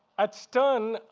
at stern,